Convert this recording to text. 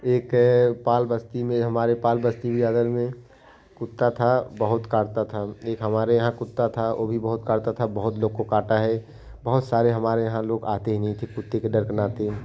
एक पाल बस्ती में हमारे पाल बस्ती के बगल में कुत्ता था बहुत काटता था एक हमारे यहाँ कुत्ता था वह भी बहुत काटता था बहुत लोग को काटा है बहुत सारे हमारे यहाँ लोग आते ही नहीं थे कुत्ते के दर्दनाक